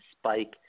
Spike